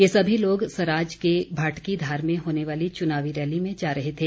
ये सभी लोग सराज के भाटकीधार में होने वाली चुनावी रैली में जा रहे थे